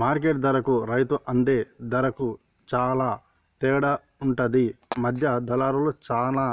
market ధరకు రైతు అందే ధరకు చాల తేడా ఉంటది మధ్య దళార్లు చానా